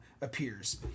appears